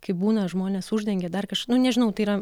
kaip būna žmonės uždengia dar kažką nu nežinau tai yra